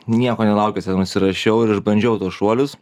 nieko nelaukęs ten užsirašiau ir išbandžiau tuos šuolius